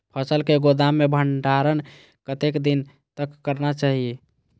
फसल के गोदाम में भंडारण कतेक दिन तक करना चाही?